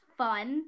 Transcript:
fun